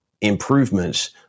improvements